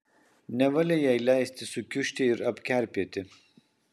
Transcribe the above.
nevalia jai leisti sukiužti ir apkerpėti